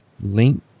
link